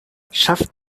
schafft